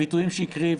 הביטויים שהוא הקריא,